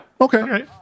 Okay